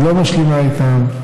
לא משלימה איתם,